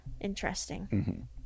Interesting